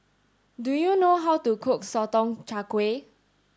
do you know how to cook Sotong Char Kway